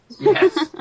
Yes